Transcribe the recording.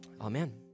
Amen